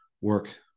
work